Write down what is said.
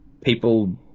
people